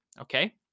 okay